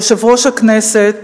יושב-ראש הכנסת,